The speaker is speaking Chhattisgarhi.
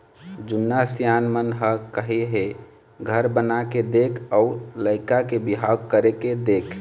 जुन्ना सियान मन ह कहे हे घर बनाके देख अउ लइका के बिहाव करके देख